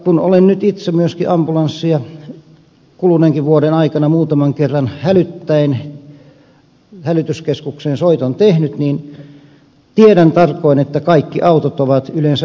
kun olen nyt itse myöskin ambulanssia kuluneenkin vuoden aikana muutaman kerran hälyttäen hälytyskeskukseen soiton tehnyt niin tiedän tarkoin että kaikki autot ovat yleensä yöaikaankin menossa